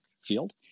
field